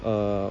err